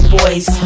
boys